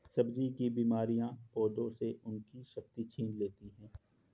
सब्जी की बीमारियां पौधों से उनकी शक्ति छीन लेती हैं